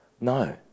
No